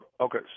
okay